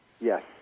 Yes